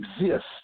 exist